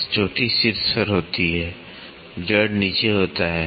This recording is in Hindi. तो चोटी शीर्ष पर होती है जड़ नीचे होती है